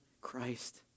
Christ